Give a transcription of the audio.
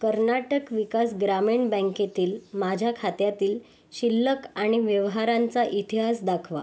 कर्नाटक विकास ग्रामीण बँकेतील माझ्या खात्यातील शिल्लक आणि व्यवहारांचा इतिहास दाखवा